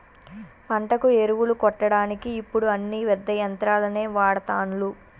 పంటకు ఎరువులు కొట్టడానికి ఇప్పుడు అన్ని పెద్ద యంత్రాలనే వాడ్తాన్లు